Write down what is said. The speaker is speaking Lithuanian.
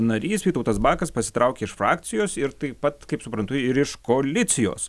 narys vytautas bakas pasitraukė iš frakcijos ir taip pat kaip suprantu ir iš koalicijos